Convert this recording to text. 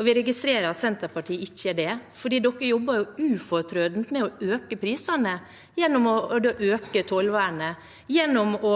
Vi registrerer at Senterpartiet ikke er det, for de jobber ufortrødent med å øke prisene gjennom å øke tollvernet og gjennom å